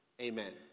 Amen